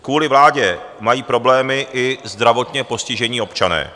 Kvůli vládě mají problémy i zdravotně postižení občané.